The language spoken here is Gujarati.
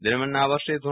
દરમ્યાન આ વર્ષે ધો